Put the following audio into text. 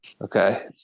Okay